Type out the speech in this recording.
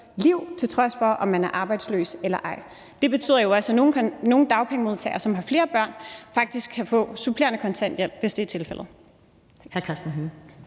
leve et sundt liv, om man er arbejdsløs eller ej. Det betyder jo så, at nogle dagpengemodtagere, som har flere børn, faktisk kan få supplerende kontanthjælp, hvis det er tilfældet.